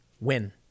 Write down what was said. win